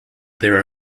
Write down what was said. there